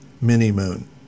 mini-moon